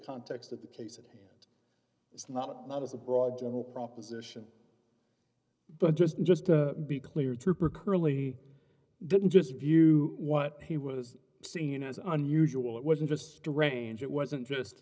context of the case at hand it's not not as a broad general proposition but just just to be clear trooper curley didn't just view what he was seen as unusual it wasn't just a range it wasn't just